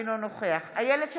אינו נוכח איילת שקד,